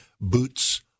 boots